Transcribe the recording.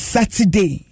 Saturday